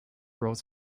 roles